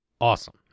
awesome